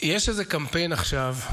יש איזה קמפיין עכשיו,